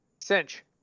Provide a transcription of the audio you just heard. Cinch